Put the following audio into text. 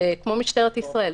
כמו משטרת ישראל,